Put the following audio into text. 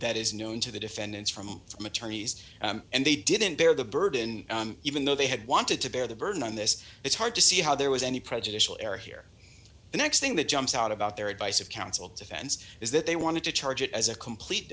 that is known to the defendants from from attorneys and they didn't bear the burden even though they had wanted to bear the burden on this it's hard to see how there was any prejudicial error here the next thing that jumps out about their advice of counsel defense is that they want to charge it as a complete